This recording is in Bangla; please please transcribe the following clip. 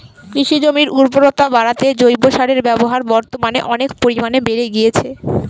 কৃষিজমির উর্বরতা বাড়াতে জৈব সারের ব্যবহার বর্তমানে অনেক পরিমানে বেড়ে গিয়েছে